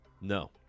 No